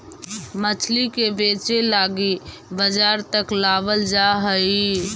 मछली के बेचे लागी बजार तक लाबल जा हई